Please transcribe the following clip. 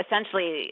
essentially